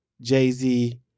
Jay-Z